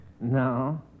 No